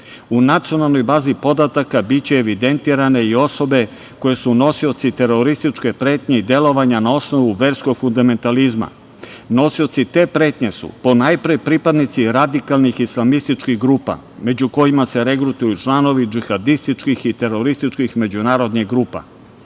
nacionalnoj bazi podataka biće evidentirane i osobe koje su nosioci terorističke pretnje i delovanja na osnovu verskog fundamentalizma. Nosioci te pretnje su ponajpre pripadnici radikalnih islamističkih grupa, među kojima se regrutuju članovi džihadističkih i terorističkih međunarodnih grupa.